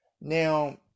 Now